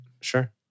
Sure